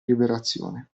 liberazione